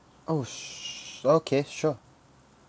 oh s~ okay sure